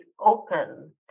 open